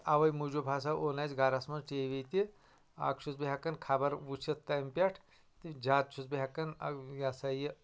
تہٕ اۄوےٚ موُجوٗب ہسا اوٚن اسہِ گرَس منٛز ٹی وی تہِ اکھ چھُس بہٕ ہیکان خبر وُچھتھ تمہِ پٮ۪ٹھ تہِ زیادٕ چھُس بہٕ ہیکان یہ ہسا یہِ